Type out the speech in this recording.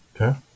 okay